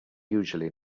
usually